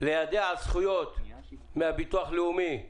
ליידע על זכויות מהביטוח הלאומי,